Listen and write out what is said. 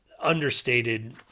understated